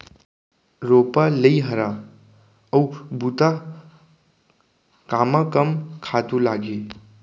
रोपा, लइहरा अऊ बुता कामा कम खातू लागही?